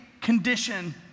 condition